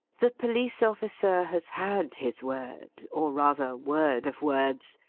the police officer has had his word, or rather, word of words,